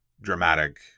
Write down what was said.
dramatic